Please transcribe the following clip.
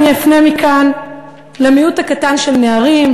אני אפנה מכאן למיעוט הקטן של נערים,